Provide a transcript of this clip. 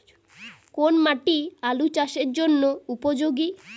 কোন মাটি আলু চাষের জন্যে উপযোগী?